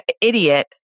idiot